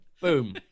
Boom